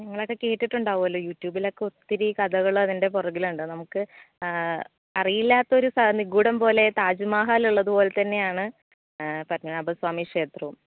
നിങ്ങളൊക്കെ കേട്ടിട്ടുണ്ടാകുവല്ലോ യൂട്യുബിലൊക്കെ ഒത്തിരി കഥകൾ അതിൻ്റെ പുറകിലുണ്ട് നമുക്ക് അറിയില്ലാത്തൊരു സാ നിഗൂഢം പോലെ താജ്മഹാൽ ഉള്ളതുപോൽ തന്നെയാണ് പത്മനാഭ സ്വാമി ക്ഷേത്രവും